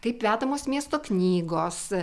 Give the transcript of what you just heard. kaip vedamos miesto knygos